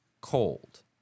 cold